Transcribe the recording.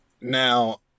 Now